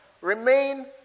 remain